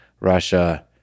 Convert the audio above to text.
Russia